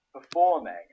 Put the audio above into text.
performing